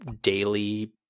daily